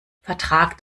vertragt